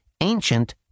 ancient